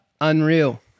Unreal